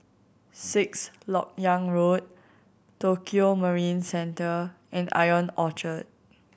Sixth Lok Yang Road Tokio Marine Centre and Ion Orchard